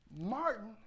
Martin